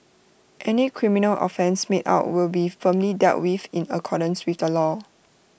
any criminal offence made out will be firmly dealt with in accordance with the law